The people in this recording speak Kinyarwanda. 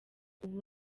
ubu